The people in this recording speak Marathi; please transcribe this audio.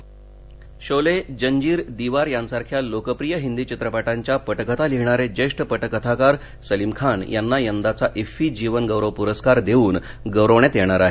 फ्फी शोले जंजीर दिवार यांसारख्या लोकप्रिय हिंदी चित्रपटांच्या पटकथा लिहिणारे ज्येष्ठ पटकथाकार सलीम खान यांना यंदाचा इफ्फी जीवन गौरव पुरस्कार देऊन गौरवण्यात येणार आहे